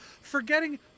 forgetting